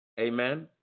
Amen